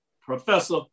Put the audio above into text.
Professor